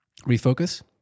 refocus